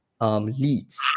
leads